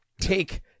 take